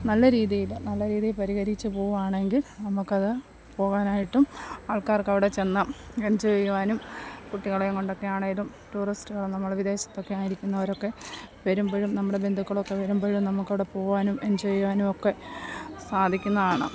നല്ല രീതിയിൽ നല്ല രീതിയിൽ പരിഹരിച്ച് പോവുവാണെങ്കിൽ നമുക്ക് അത് പോകാനായിട്ടും ആൾക്കാർക്ക് അവിടെ ചെന്നാൽ എഞ്ചോയ് ചെയ്യുവാനും കുട്ടികളെയും കൊണ്ടൊക്കെ ആണെങ്കിലും ടൂറിസ്റ്റുകൾ നമ്മൾ വിദേശത്തൊക്കെ ആയിരിക്കുന്നവരൊക്കെ വരുമ്പോഴും നമ്മുടെ ബന്ധുക്കളൊക്കെ വരുമ്പോഴും നമുക്ക് അവിടെ പോവാനും എഞ്ചോയ് ചെയ്യുവാനുമൊക്കെ സാധിക്കുന്നതാണ്